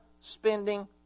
spending